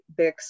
Bix